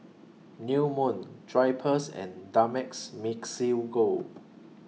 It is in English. New Moon Drypers and Dumex Mamil Gold